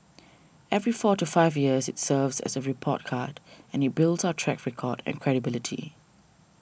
every four to five years it serves as a report card and it builds our track record and credibility